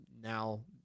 now –